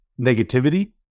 negativity